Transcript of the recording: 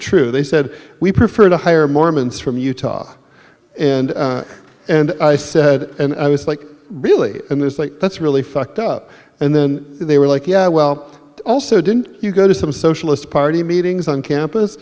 true they said we prefer to hire mormons from utah and and i said and i was like really and there's like that's really fucked up and then they were like yeah well also didn't you go to some socialist party meetings on campus